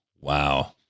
Wow